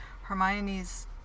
Hermione's